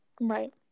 Right